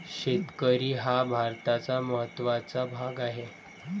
शेतकरी हा भारताचा महत्त्वाचा भाग आहे